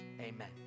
Amen